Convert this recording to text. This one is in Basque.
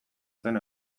zen